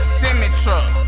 semi-truck